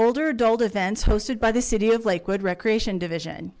older adult events hosted by the city of lakewood recreation division